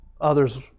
Others